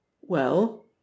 Well